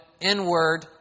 inward